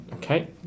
Okay